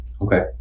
okay